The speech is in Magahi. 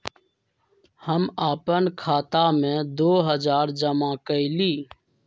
हम अपन खाता में दो हजार जमा कइली